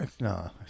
No